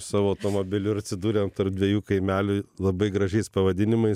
savo automobiliu ir atsidūrėm tarp dviejų kaimelių labai gražiais pavadinimais